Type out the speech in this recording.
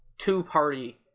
two-party